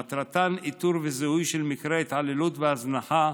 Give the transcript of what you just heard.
והזנחה שלהם שמטרתן איתור וזיהוי של מקרי התעללות והזנחה,